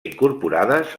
incorporades